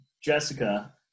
Jessica